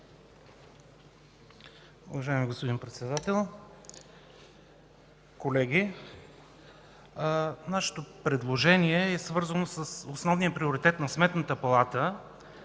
Уважаеми господин Председател, колеги! Нашето предложение е свързано с основния приоритет на Сметната палата –